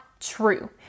true